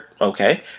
okay